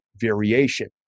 variation